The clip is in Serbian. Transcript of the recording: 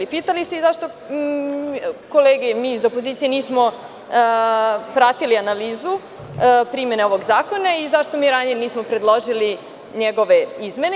Pitali ste i zašto kolege, mi iz opozicije nismo pratili analizu primene ovog zakona i zašto mi nismo ranije nismo predložili njegove izmene?